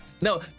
no